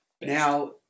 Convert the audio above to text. Now